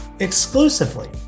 exclusively